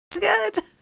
Good